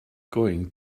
going